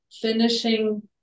finishing